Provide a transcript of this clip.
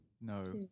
No